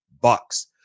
Bucks